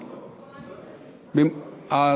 במקומה ניצן.